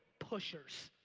pushers.